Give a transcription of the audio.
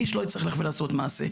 איש לא יצטרך ללכת ולעשות מעשה.